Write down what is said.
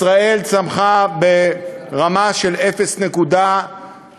ישראל צמחה ברמה של 0.8%,